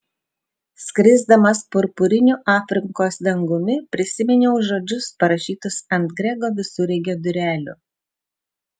skrisdamas purpuriniu afrikos dangumi prisiminiau žodžius parašytus ant grego visureigio durelių